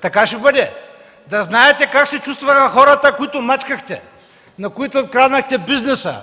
Така ще бъде. Да знаете как се чувстваха хората, които мачкахте, на които откраднахте бизнеса: